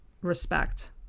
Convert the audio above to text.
respect